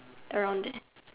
around there